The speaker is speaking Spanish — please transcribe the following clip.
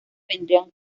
vendrían